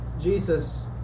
Jesus